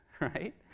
right